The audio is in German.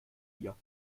hier